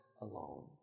alone